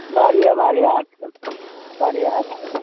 واریاہ واریاہ اَصٕل واریاہ اَصٕل